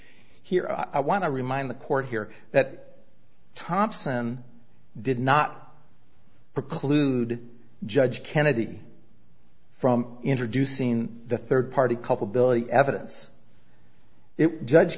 here i want to remind the court here that thompson did not preclude judge kennedy from introducing the third party culpability evidence it judge